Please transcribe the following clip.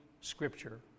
Scripture